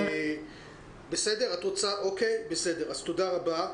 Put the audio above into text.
תודה רבה.